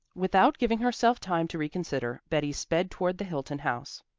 without giving herself time to reconsider, betty sped toward the hilton house.